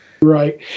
Right